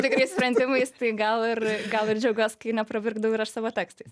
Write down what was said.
tikrais sprendimais tai gal ir gal ir džiaugiuos kai nepravirkdau ir aš savo tekstais